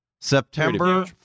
September